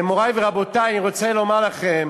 מורי ורבותי, אני רוצה לומר לכם,